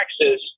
taxes